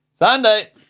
Sunday